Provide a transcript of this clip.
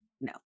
no